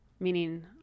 meaning